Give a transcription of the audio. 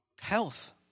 Health